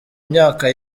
myaka